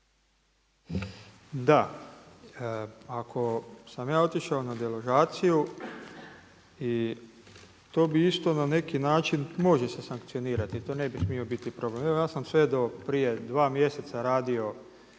Da, ako sam ja otišao na deložaciju i to bi isto na neki način može se sankcionirati i to ne bi smio biti problem. Evo ja sam sve do prije 2 mjeseca radio